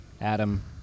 Adam